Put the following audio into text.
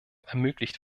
ermöglicht